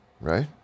Right